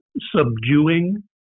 subduing